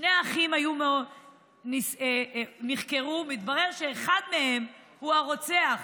שני האחים נחקרו, התברר שאחד מהם הוא הרוצח,